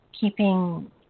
keeping